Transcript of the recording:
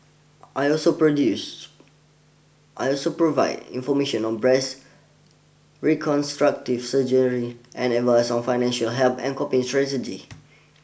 I also produces I also provide information on breast reconstructive surgery and advice on financial help and coping strategies